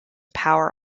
power